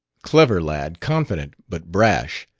clever lad. confident. but brash.